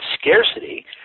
scarcity